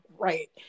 right